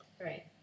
right